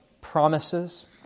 promises